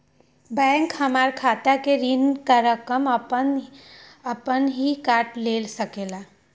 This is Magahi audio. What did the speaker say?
बैंक हमार खाता से ऋण का रकम अपन हीं काट ले सकेला?